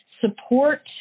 support